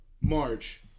March